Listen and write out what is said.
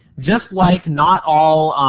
just like not all